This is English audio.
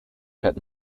pit